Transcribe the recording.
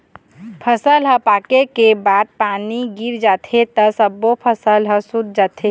फसल ह पाके के बाद म पानी गिर जाथे त सब्बो फसल ह सूत जाथे